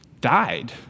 died